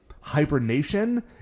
hibernation